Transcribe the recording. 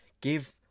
Give